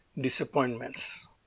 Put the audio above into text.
disappointments